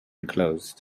closed